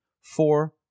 four